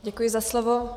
Děkuji za slovo.